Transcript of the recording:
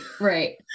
right